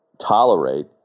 tolerate